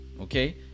okay